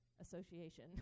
Association